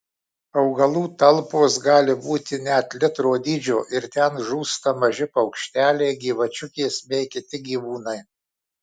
augalų talpos gali būti net litro dydžio ir ten žūsta maži paukšteliai gyvačiukės bei kiti gyvūnai